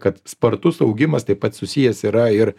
kad spartus augimas taip pat susijęs yra ir